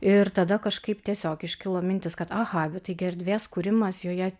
ir tada kažkaip tiesiog iškilo mintis kad aha bet taigi erdvės kūrimas joje